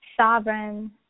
sovereign